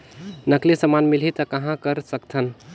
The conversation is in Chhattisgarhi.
नकली समान मिलही त कहां कर सकथन?